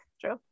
True